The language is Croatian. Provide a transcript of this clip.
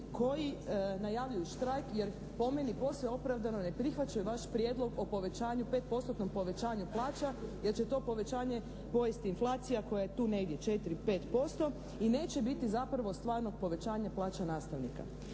koji najavljuju štrajk jer po meni posve opravdano ne prihvaćaju vaš prijedlog o povećanju, 5% povećanju plaća jer će to povećanje pojesti inflacija koja je tu negdje 4-5% i neće biti zapravo stvarnog povećanja plaća nastavnika.